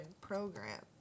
program